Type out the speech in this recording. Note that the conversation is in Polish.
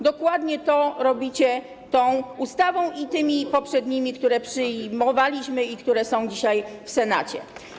Dokładnie to robicie tą ustawą i tymi poprzednimi, które przyjmowaliśmy i które dzisiaj są w Senacie.